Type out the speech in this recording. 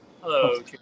Hello